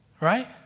right